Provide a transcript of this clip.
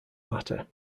matter